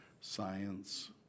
science